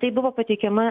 tai buvo pateikiama